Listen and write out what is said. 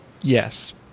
yes